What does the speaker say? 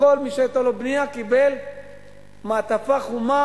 וכל מי שהיתה לו בנייה קיבל מעטפה חומה